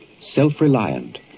self-reliant